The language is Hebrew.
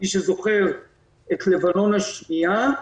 מי שזוכר את לבנון השנייה,